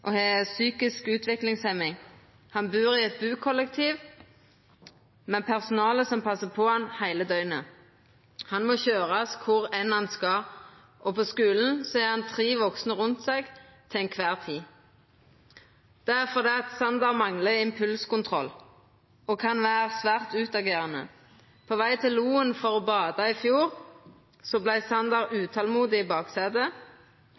og har ei psykisk utviklingshemming. Han bur i eit bukollektiv med personale som passar på han heile døgnet. Han må køyrast kvar hen han skal, og på skulen har han tre vaksne rundt seg til kvar tid. Det er fordi Sander manglar impulskontroll og kan vera svært utagerande. På veg til Loen for å bada i fjor vart Sander utålmodig i baksetet.